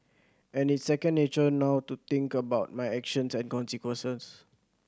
and it's second nature now to think about my actions and consequences